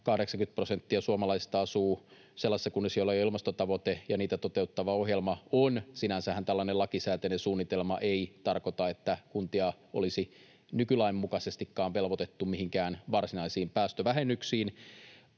80 prosenttia suomalaisista asuu sellaisissa kunnissa, joilla ilmastotavoite ja niitä toteuttava ohjelma jo on. Sinänsähän tällainen lakisääteinen suunnitelma ei tarkoita, että kuntia olisi nykylain mukaisestikaan velvoitettu mihinkään varsinaisiin päästövähennyksiin.